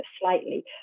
slightly